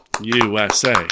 USA